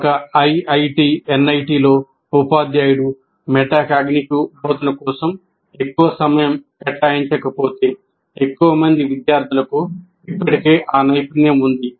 ఒక ఐఐటి ఎన్ఐటిలో ఉపాధ్యాయుడు మెటాకాగ్నిటివ్ బోధన కోసం ఎక్కువ సమయం కేటాయించకపోతే ఎక్కువ మంది విద్యార్థులకు ఇప్పటికే ఆ నైపుణ్యం ఉంది